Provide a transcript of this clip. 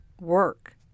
work